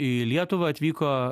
į lietuvą atvyko